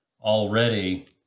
already